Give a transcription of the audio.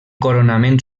coronament